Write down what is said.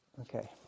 Okay